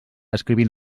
escrivint